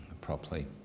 properly